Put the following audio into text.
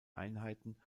einheiten